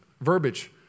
verbiage